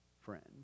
friend